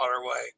Waterway